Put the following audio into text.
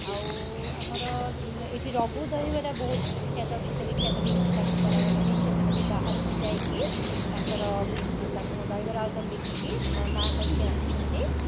ଆଉ ଆମର ଏଇଠି ରଘୁ ଦହିବରା ବହୁତ ବିଖ୍ୟାତ ବିଶ୍ୱବିଖ୍ୟାତ ବି ତାଙ୍କୁ କରାଗଲାଣି ସେମାନେ ବି ବାହାରକୁ ଯାଇକି ତାଙ୍କର ଉଁ ତାଙ୍କର ଦହିବରା ଆଳୁଦମ ବିକିକି ନାଁ କରିକି ଆସିଛନ୍ତି